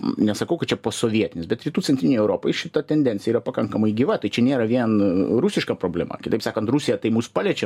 nesakau kad čia posovietinis bet rytų centrinėj europoj šita tendencija yra pakankamai gyva tai čia nėra vien rusiška problema kitaip sakant rusija tai mus paliečia